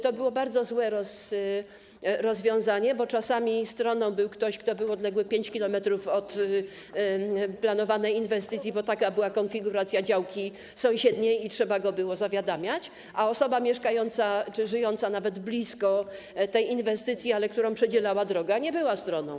To było bardzo złe rozwiązanie, bo czasami stroną był ktoś, kogo działka była odległa 5 km od planowanej inwestycji, bo taka była konfiguracja działki sąsiedniej, i trzeba go było zawiadamiać, a osoba mieszkająca czy żyjąca nawet blisko tej inwestycji, ale którą oddzielała od niej droga, nie była stroną.